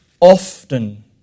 often